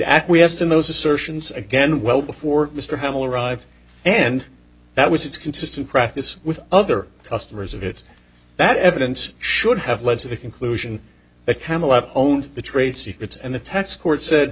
acquiesced in those assertions again well before mr hamill arrived and that was its consistent practice with other customers of it that evidence should have led to the conclusion that camelot owned the trade secrets and the tax court said